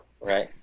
right